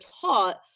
taught-